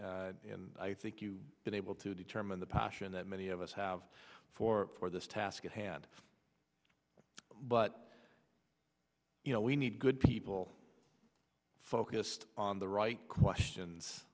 and i think you been able to determine the passion that many of us have for for this task at hand but you know we need good people focused on the right questions